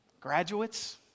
Graduates